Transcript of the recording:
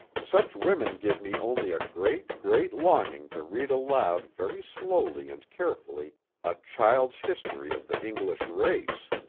such women give me only a great, great longing to read aloud very slowly and carefully a child's history of the english race!